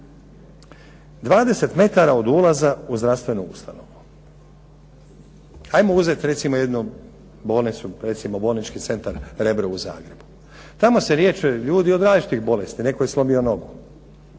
20 metara od ulaza u zdravstvenu ustanovu. Ajmo uzeti recimo jednu bolnicu, recimo bolnički centar Rebro u Zagrebu. Tamo se liječe ljudi od različitih bolesti, netko je slomio nogu,